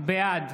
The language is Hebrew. בעד